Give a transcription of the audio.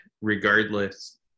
regardless